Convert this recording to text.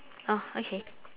oh okay